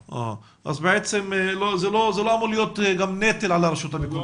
אז בעצם זה גם לא אמור להיות נטל על הרשות המקומית.